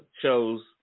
chose